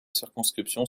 circonscription